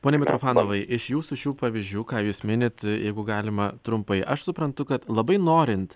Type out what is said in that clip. pone mitrofanovai iš jūsų šių pavyzdžių ką jūs minit jeigu galima trumpai aš suprantu kad labai norint